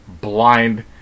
blind